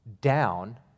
down